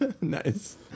nice